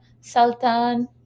Sultan